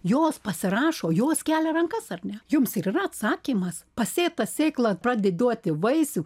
jos pasirašo jos kelia rankas ar ne jums ir yra atsakymas pasėt sėkl pradeda duoti vaisių